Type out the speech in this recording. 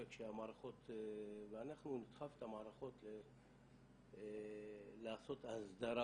אנחנו נדחף את המערכות לעשות הסדרה